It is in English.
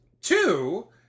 two